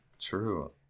True